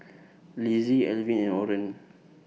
Lizzie Elvin and Orren